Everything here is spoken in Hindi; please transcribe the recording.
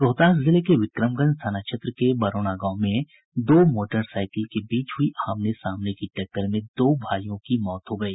रोहतास जिले के विक्रमगंज थाना क्षेत्र के बरौना गांव के पास दो मोटरसाईकिल के बीच हुई आमने सामने की टक्कर में दो भाईयों की मौत हो गयी